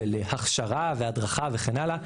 של הכשרה והדרכה וכן הלאה,